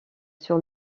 sur